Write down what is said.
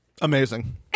amazing